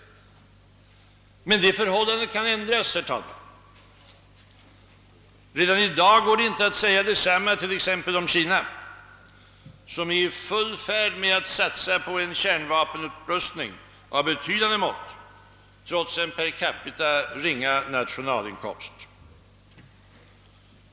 Men detta förhållande kan ändras, herr talman. Redan i dag går det inte att säga detta om t.ex. Kina, som är i full färd med att satsa på en kärnvapenupprustning av betydande mått trots en per capita ringa nationalinkomst.